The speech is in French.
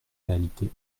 réalité